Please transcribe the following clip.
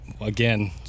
again